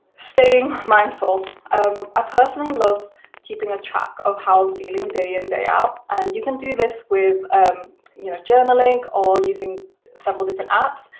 staying mindful i personally love keeping a track of how i'm feeling day in, day out. and you can do this with you know journalling, or using several different apps.